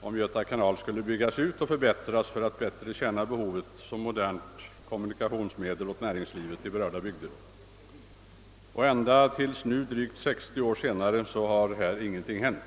om Göta kanal skulle byggas ut och förbättras för att bättre fylla behovet som modernt kommunikationsmedel åt näringslivet i berörda bygder. ända tills nu, drygt sextio år senare, har ingenting hänt.